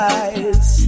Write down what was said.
eyes